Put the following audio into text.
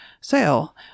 sale